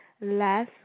Last